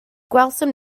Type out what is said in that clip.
gwelsom